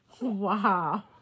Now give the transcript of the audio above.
Wow